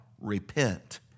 repent